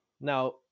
Now